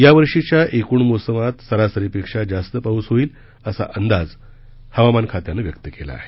या वर्षींच्या एकूण मोसमात सरासरीपेक्षा जास्त पाऊस होईल असा अंदाज हवामान खात्यानं व्यक्त केला आहे